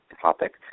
topic